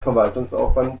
verwaltungsaufwand